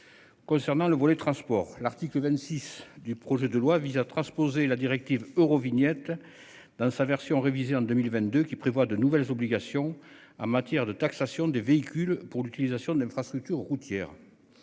Concernant le volet transport. L'article 26 du projet de loi vise à transposer la directive Eurovignette. Dans sa version révisée en 2022, qui prévoit de nouvelles obligations en matière de taxation des véhicules pour l'utilisation d'infrastructures routières.